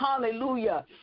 hallelujah